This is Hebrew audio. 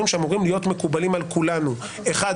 שאמורים להיות מקובלים על כולנו - אחד,